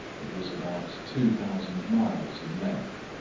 it was about two thousand miles in length,